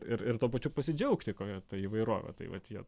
ir ir tuo pačiu pasidžiaugti kokia ta įvairovė tai vat jie